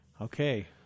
okay